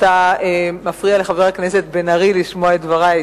אתה מפריע לחבר הכנסת בן-ארי לשמוע את דברי,